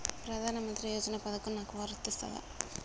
ప్రధానమంత్రి యోజన పథకం నాకు వర్తిస్తదా?